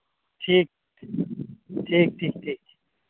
ᱴᱷᱤᱠ ᱴᱷᱤᱠ ᱴᱷᱤᱠ